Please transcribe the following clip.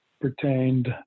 pertained